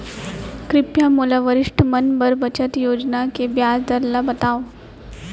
कृपया मोला वरिष्ठ मन बर बचत योजना के ब्याज दर ला बतावव